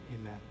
Amen